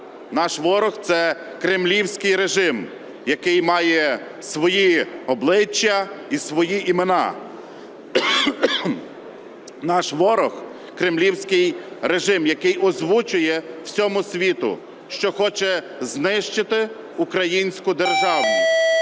наш ворог – це кремлівський режим, який має свої обличчя і свої імена. Наш ворог – кремлівський режим, який озвучує всьому світу, що хоче знищити українську державність.